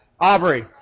Aubrey